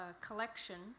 collection